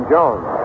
Jones